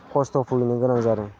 खस्थ' भुगिनो गोनां जादों